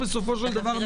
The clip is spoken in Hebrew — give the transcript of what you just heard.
אני